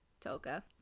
toka